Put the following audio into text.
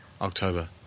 October